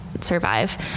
survive